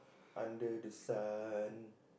under the sun